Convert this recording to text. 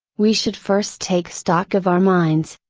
we should first take stock of our minds,